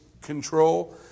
control